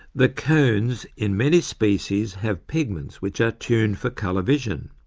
the cones in many species have pigments which are tuned for colour vision,